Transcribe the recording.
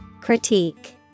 Critique